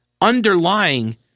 underlying